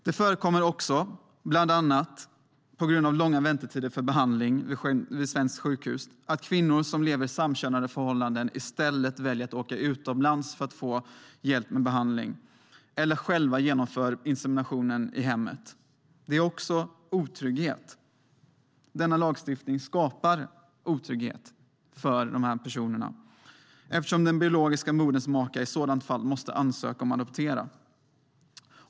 Det förekommer också, bland annat på grund av långa väntetider för behandling vid svenska sjukhus, att kvinnor som lever i samkönade förhållanden i stället väljer att åka utomlands för att få hjälp med behandling eller själva genomför inseminationen i hemmet. Det handlar om otrygghet. Denna lagstiftning skapar otrygghet för de här personerna eftersom den biologiska moderns maka i sådant fall måste ansöka om att adoptera.